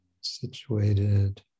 Situated